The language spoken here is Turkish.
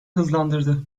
hızlandırdı